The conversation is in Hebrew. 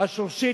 השורשית,